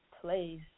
plays